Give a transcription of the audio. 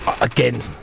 Again